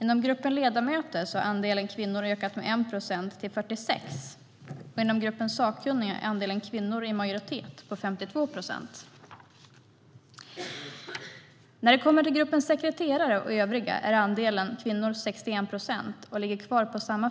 Inom gruppen ledamöter har andelen kvinnor ökat med 1 procent till 46 procent. Inom gruppen sakkunniga är kvinnorna i majoritet, med en andel på 52 procent. I gruppen sekreterare och övriga är andelen kvinnor 61 procent och fördelningen densamma